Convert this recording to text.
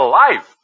life